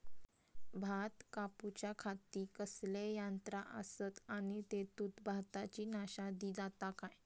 भात कापूच्या खाती कसले यांत्रा आसत आणि तेतुत भाताची नाशादी जाता काय?